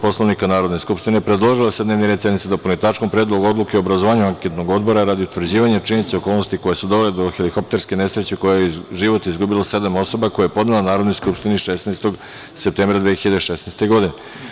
Poslovnika Narodne skupštine, predložila je da se dnevni red sednice dopuni tačkom – Predlog odluke o obrazovanju anketnog odbora radi utvrđivanja činjenica i okolnosti koje su dovele do helikopterske nesreće u kojoj je život izgubilo sedam osoba, koji je podnela Narodnoj skupštini 16. septembra 2016. godine.